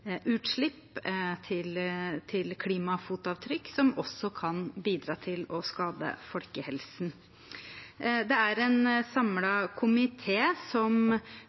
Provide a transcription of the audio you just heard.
utslipp, til klimafotavtrykk, som også kan bidra til å skade folkehelsen. Det er en samlet komité som